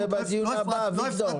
זה בדיון הבא,